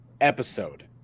episode